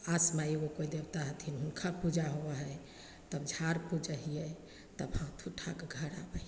सास माइ एगो कोइ देवता हथिन हुनका पूजा होबै हइ तब झाड़ पुजै हिए तब हाथ उठाके घर आबै हिए